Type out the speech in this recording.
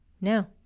No